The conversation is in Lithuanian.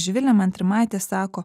živilė mantrimaitė sako